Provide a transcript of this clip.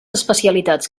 especialitats